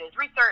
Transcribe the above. research